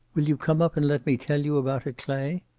will you come up and let me tell you about it, clay?